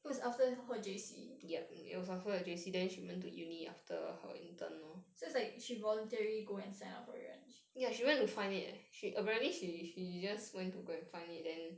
oh is after her J_C so is like she voluntarily go and sign up for it [one]